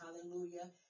Hallelujah